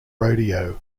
rodeo